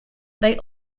they